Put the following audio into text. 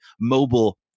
mobile